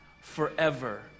Forever